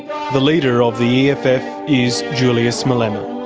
the leader of the eff eff is julius malema.